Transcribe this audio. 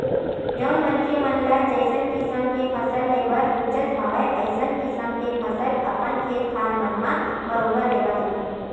जउन मनखे मन ल जइसन किसम के फसल लेबर रुचत हवय अइसन किसम के फसल अपन खेत खार मन म बरोबर लेवत हवय